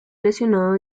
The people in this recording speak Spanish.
lesionado